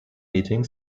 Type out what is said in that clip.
meeting